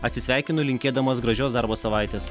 atsisveikinu linkėdamas gražios darbo savaitės